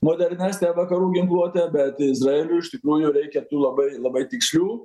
modernesnę vakarų ginkluotę bet izraeliui iš tikrųjų reikia tų labai labai tikslių